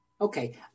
Okay